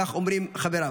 כך אומרים חבריו.